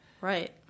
Right